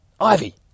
Ivy